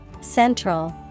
Central